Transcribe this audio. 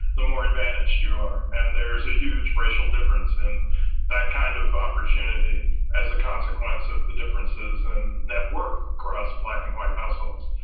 the more advantaged you are. and there's a huge racial difference in that kind of opportunity as a consequence of the differences and networks across black and white households,